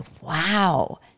Wow